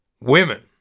Women